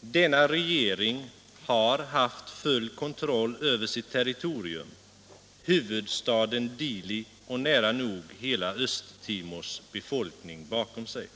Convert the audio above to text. Denna regering har haft full kontroll över sitt territorium. Den har huvudstaden Dili och nära nog hela Östtimors befolkning bakom sig.